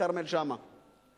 כרמל שאמה,